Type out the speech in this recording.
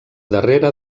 darrere